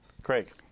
Craig